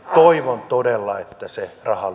toivon todella että se raha